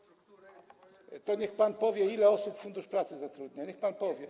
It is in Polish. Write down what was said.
To niech pan powie, ile osób Fundusz Pracy zatrudnia - niech pan powie.